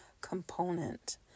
component